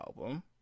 album